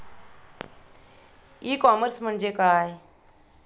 E commerce म्हणजे काय?